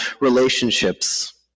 relationships